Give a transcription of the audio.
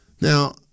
Now